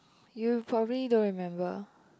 you probably don't remember